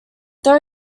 there